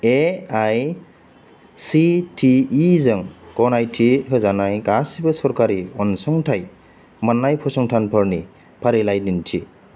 A I C T E जों गनायथि होजानाय गासिबो सोरखारि अनसुंथाइ मोन्नाय फसंथानफोरनि फारिलाइ दिन्थि